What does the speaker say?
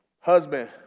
husband